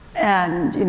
and,